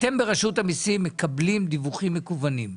אתם ברשות המיסים מקבלים דיווחים מקוונים,